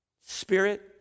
spirit